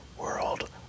world